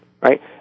right